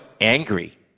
angry